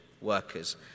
workers